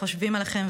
חושבים עליכם,